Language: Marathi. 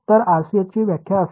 तर RCS ची माझी व्याख्या असेल